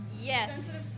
Yes